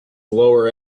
lower